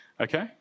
Okay